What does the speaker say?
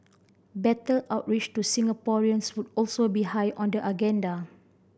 better outreach to Singaporeans would also be high on the agenda